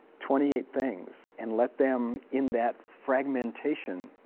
twenty eight things, and let them, in that fragmentation,